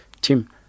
team